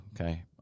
okay